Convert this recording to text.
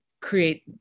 create